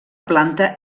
planta